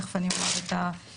תכף אני אומר את המכסה,